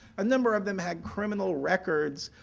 a number of them had criminal records.